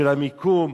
של המיקום.